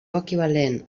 equivalent